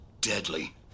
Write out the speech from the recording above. deadly